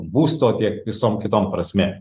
būsto tiek visom kitom prasmėm